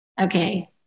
okay